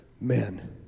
men